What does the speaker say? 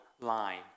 line